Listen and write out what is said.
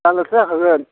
जाल्लायाथ' जाखागोन